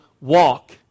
Walk